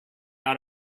out